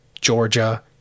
Georgia